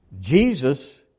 Jesus